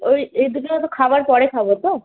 ওই এই দুটো তো খাওয়ার পরে খাব তো